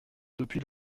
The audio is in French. depuis